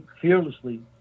fearlessly